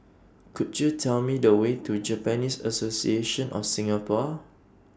Could YOU Tell Me The Way to Japanese Association of Singapore